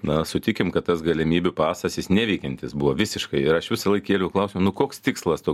na sutikim kad tas galimybių pasas jis neveikiantis buvo visiškai ir aš visąlaik kėliau klausimą nu koks tikslas to